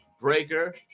Breaker